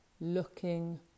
looking